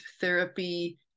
therapy